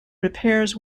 repairs